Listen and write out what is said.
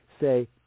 say